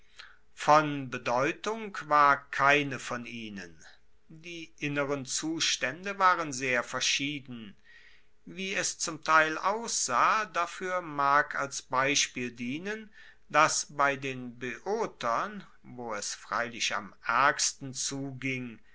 von bedeutung war keine von ihnen die inneren zustaende waren sehr verschieden wie es zum teil aussah dafuer mag als beispiel dienen dass bei den boeotern wo es freilich am aergsten zuging